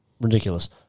Ridiculous